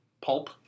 pulp